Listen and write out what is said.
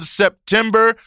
september